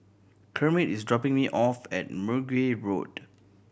Kermit is dropping me off at Mergui Road